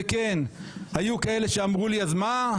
וכן, היו כאלה שאמרו לי: אז מה?